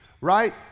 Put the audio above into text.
right